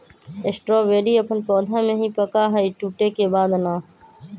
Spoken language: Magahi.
स्ट्रॉबेरी अपन पौधा में ही पका हई टूटे के बाद ना